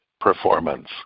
performance